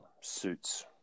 suits